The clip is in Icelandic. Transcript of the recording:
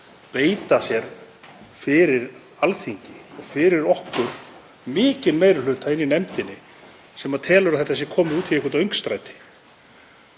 beita sér fyrir Alþingi og fyrir okkur mikinn meiri hluta í nefndinni sem telur að þetta sé komið út í eitthvert öngstræti.